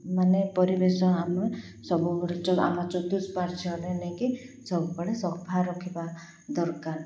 ମାନେ ପରିବେଶ ଆମେ ସବୁବେଳେ ଆମ ଚତୁଃପାର୍ଶ୍ୱରେ ନେଇକି ସବୁବେଳେ ସଫା ରଖିବା ଦରକାର